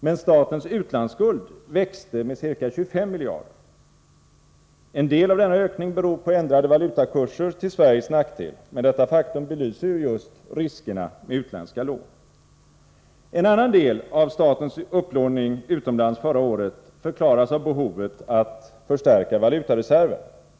Men statens utlandsskuld växte med ca 25 miljarder. En del av denna ökning beror på ändrade valutakurser till Sveriges nackdel. Men detta faktum belyser ju just riskerna med utländska lån. En annan del av statens upplåning utomlands förra året förklaras av behovet att förstärka valutareserven.